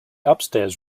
upstairs